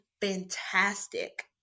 fantastic